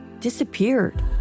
disappeared